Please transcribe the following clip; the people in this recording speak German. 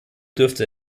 dürfte